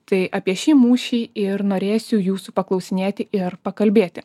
tai apie šį mūšį ir norėsiu jūsų paklausinėti ir pakalbėti